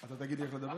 אתה תגיד לי איך לדבר?